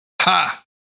Ha